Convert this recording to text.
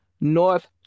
North